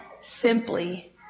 simply